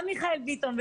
גם מיכאל ביטון,